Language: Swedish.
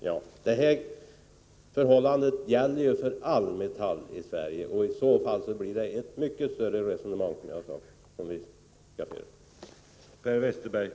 Herr talman! Samma förhållande gäller ju för alla metaller i Sverige. Om vi skall se saken på det sättet, blir det ett mycket mer omfattande resonemang, som jag har sagt.